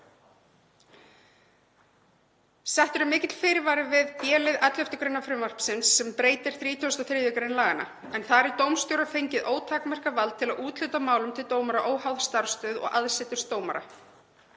Settur er mikill fyrirvari við b-lið 11. gr. frumvarpsins sem breytir 33. gr. laganna, en þar er dómstjóra fengið ótakmarkað vald til að úthluta málum til dómara óháð starfsstöð og aðsetri dómara.